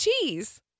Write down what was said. cheese